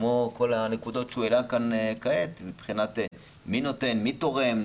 כמו כל הנקודות שהוא העלה כאן כעת מבחינת מי תורם,